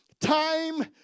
time